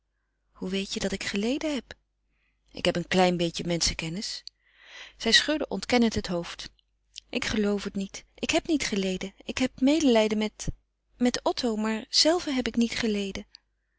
hoe weet je dat ik geleden heb ik heb een klein beetje menschenkennis zij schudde ontkennend het hoofd ik geloof het niet ik heb niet geleden ik heb medelijden met met otto maar zelve heb ik niet geleden